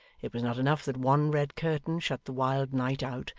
it was not enough that one red curtain shut the wild night out,